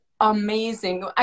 amazing